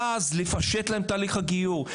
ואז לפשט להם את הליך הגיור,